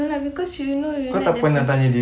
no lah because you know you like the